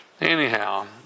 Anyhow